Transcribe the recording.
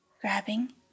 grabbing